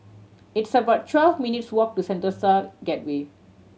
it's about twelve minutes' walk to Sentosa Gateway